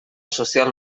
sozial